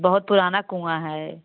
बहुत पुराना कुआँ है